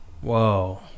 Whoa